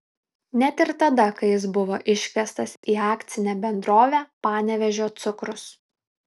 net ir tada kai jis buvo iškviestas į akcinę bendrovę panevėžio cukrus